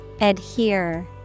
Adhere